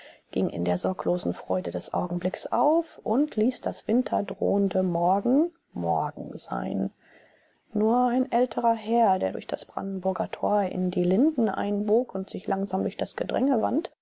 ging in der sorglosen freude des augenblicks auf und ließ das winterdrohende morgen morgen sein nur ein älterer herr der durch das brandenburger tor in die linden einbog und sich langsam durch das gedränge wand